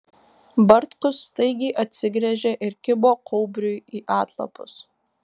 bartkus staigiai atsigręžė ir kibo kaubriui į atlapus